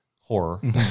horror